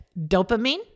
dopamine